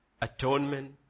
atonement